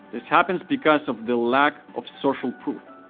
this happens because of the lack of social proof.